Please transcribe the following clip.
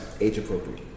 age-appropriate